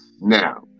now